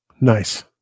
Nice